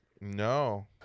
No